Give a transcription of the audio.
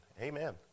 Amen